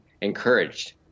encouraged